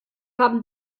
haben